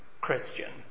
Christian